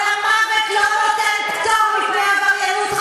אבל המוות לא נותן פטור על עבריינות,